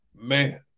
man